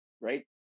right